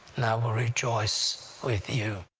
and i will rejoice with you!